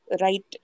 right